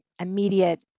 immediate